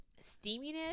steaminess